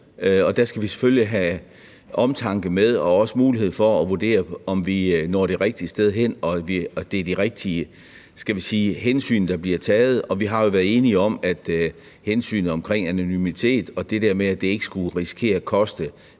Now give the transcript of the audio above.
der skal vi selvfølgelig have omtanke med og også mulighed for at vurdere, om vi når det rigtige sted hen, og at det er de rigtige hensyn, der bliver taget. Og vi har jo været enige om hensynet til anonymitet og det der med, at det ikke skulle risikere at koste